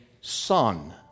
son